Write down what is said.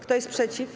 Kto jest przeciw?